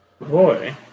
Boy